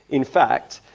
in fact,